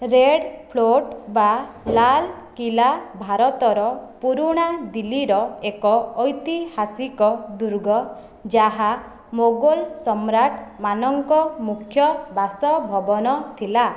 Red Fort ବା ଲାଲ କିଲ୍ଲା ଭାରତର ପୁରୁଣା ଦିଲ୍ଲୀର ଏକ ଐତିହାସିକ ଦୁର୍ଗ ଯାହା ମୋଗଲ ସମ୍ରାଟମାନଙ୍କ ମୁଖ୍ୟ ବାସଭବନ ଥିଲା